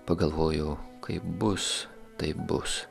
pagalvojau kaip bus taip bus